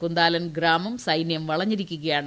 കുന്ദാലൻ ഗ്രാമം സൈനൃം വളഞ്ഞിരിക്കുകയാണ്